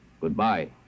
Goodbye